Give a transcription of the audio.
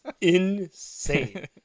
insane